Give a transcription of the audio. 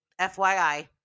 FYI